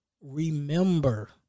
Remember